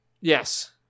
Yes